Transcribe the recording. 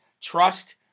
Trust